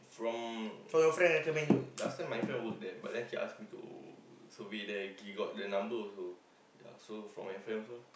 from uh last time my friend work there but then he ask me to to be there he got the number also ya so for my friend also lah